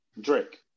Drake